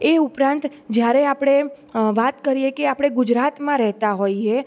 એ ઉપરાંત જ્યારે આપણે વાત કરીએ કે આપણે ગુજરાતમાં રહેતા હોઈએ